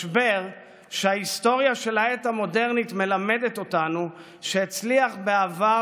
משבר שהיסטוריה של העת המודרנית מלמדת אותנו שהצליח בעבר